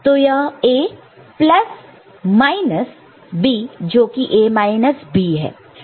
तो यह A plus minus B जोकि A B है